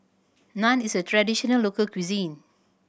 naan is a traditional local cuisine